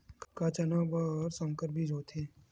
का चना बर संकर बीज होथे?